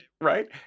Right